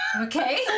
Okay